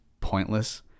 pointless